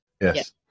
yes